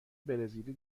برزیلی